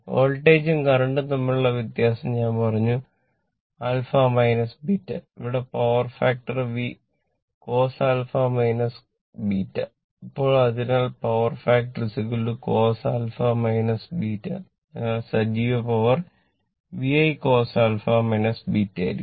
വോൾട്ടേജും കറന്റും തമ്മിലുള്ള ഫേസ് cos α β അതിനാൽ സജീവ പവർ VI cos α β ആയിരിക്കും